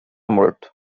morto